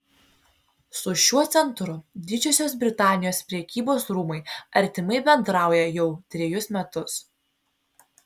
su šiuo centru didžiosios britanijos prekybos rūmai artimai bendrauja jau trejus metus